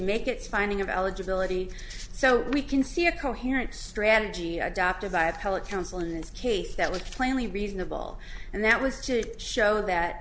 make its finding of eligibility so we can see a coherent strategy adopted by appellate counsel in this case that was plainly reasonable and that was to show that